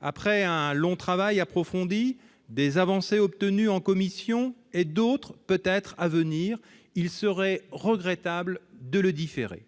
Après un long travail approfondi, des avancées obtenues en commission et d'autres peut-être à venir, il serait regrettable de le différer.